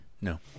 No